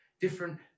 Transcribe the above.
different